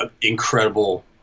incredible